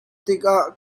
tikah